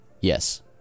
yes